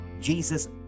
jesus